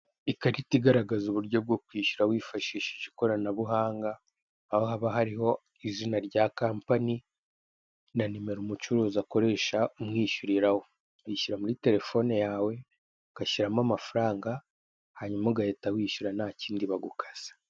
Ikarita igaragaza uburyo bwo kwishyura wifashishije ikoranabuhanga, aho haba hariho izina rya kampani na nimero umucuruzi akoresha umwishyurira, wishyuraho muri terefone yawe, ugashyiramo amafaranga, hanyuma ugahita wishyura ntakindi bagukase.